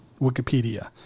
Wikipedia